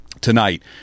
tonight